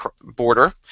border